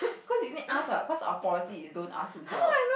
cause you need ask ah cause our bousy so you don't ask don't tell what